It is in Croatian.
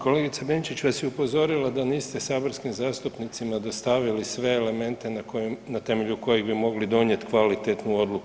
Kolegica Benčić vas je upozorila da niste saborskim zastupnicima dostavili sve elemente na temelju kojih bi mogli donijeti kvalitetnu odluku.